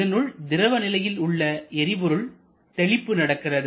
இதனுள் திரவ நிலையில் உள்ள எரிபொருள் தெளிப்பு நடக்கிறது